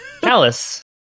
Callus